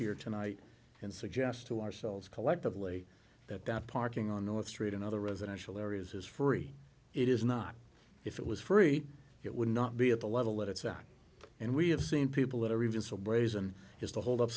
here tonight and suggest to ourselves collectively that that parking on north street and other residential areas is free it is not if it was free it would not be at the level that it's on and we have seen people that are even so brazen just to hold up